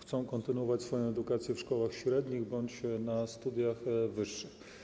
chcą kontynuować swoją edukację w szkołach średnich bądź na studiach wyższych.